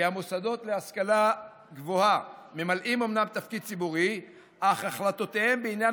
המוסדות להשכלה גבוהה אומנם ממלאים תפקיד ציבורי אך החלטותיהם בעניין